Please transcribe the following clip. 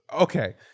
Okay